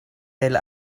del